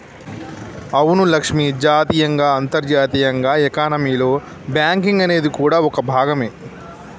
అవును లక్ష్మి జాతీయంగా అంతర్జాతీయంగా ఎకానమీలో బేంకింగ్ అనేది కూడా ఓ భాగమే